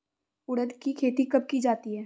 उड़द की खेती कब की जाती है?